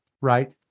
right